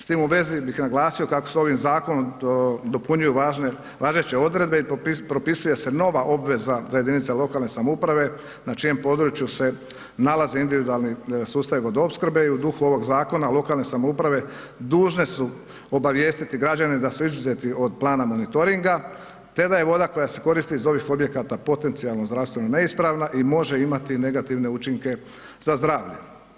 S tim u vezi bih naglasio kako se ovim zakonom dopunjuju važeće odredbe i propisuje se nova obveza za jedinice lokalne samouprave na čijem području se nalaze individualni sustavi vodoopskrbe i u duhu ovoga zakona lokalne samouprave dužne su obavijestiti građane da su izuzeti od plana monitoringa te da je voda koja se koristi iz ovih objekata potencijalno zdravstveno neispravna i može imati negativne učinke za zdravlje.